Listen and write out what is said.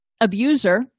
abuser